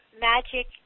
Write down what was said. magic